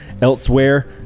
elsewhere